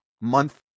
month